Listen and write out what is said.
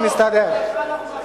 נתקבלה.